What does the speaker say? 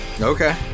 Okay